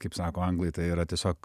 kaip sako anglai tai yra tiesiog